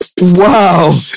Wow